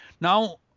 Now